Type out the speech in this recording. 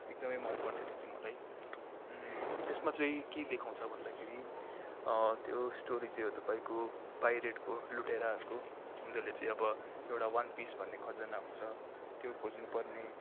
एकदमै मन पर्थ्यो त्यो चाहिँ मलाई त्यसमा चाहिँ के देखाउँछ भन्दाखेरि त्यो स्टोरी चाहिँ हो तपाईँको पाइरेटको लुटेराहरूको उनीहरूले चाहिँ अब एउटा वान पिस भन्ने खजाना हुन्छ त्यो खोज्नुपर्ने